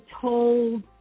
told